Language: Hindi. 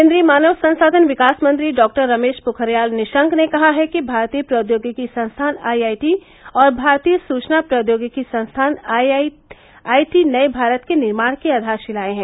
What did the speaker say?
केन्द्रीय मानव संसाधन विकास मंत्री डॉक्टर रमेश पोखरियाल निशंक ने कहा है कि भारतीय प्रौद्योगिकी संस्थान आईआईटी और भारतीय सूचना प्रौद्योगिकी संस्थान आईआई आईटी नए भारत के निर्माण की आधारशिलाएं हैं